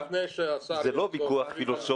לפני שהשר יצא --- זה לא ויכוח פילוסופי,